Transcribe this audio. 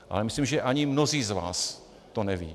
Ale myslím, že ani mnozí z vás to nevědí.